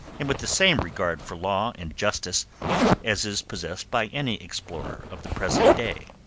and with the same regard for law and justice as is possessed by any explorer of the present day.